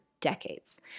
decades